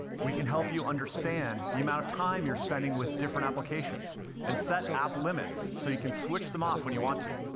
we can help you understand the amount of time you're spending with different applications and set app limits so you can switch them off when you want to.